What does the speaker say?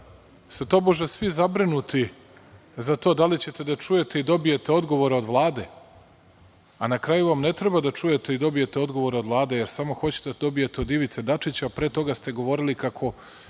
su tobože svi zabrinuti za to da li ćete da čujete i dobijete odgovor od Vlade, a na kraju vam ne treba da čujete i dobijete odgovor od Vlade, jer smo hoćete da dobijete od Ivice Dačića, a pre toga ste govorili kako